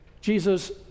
Jesus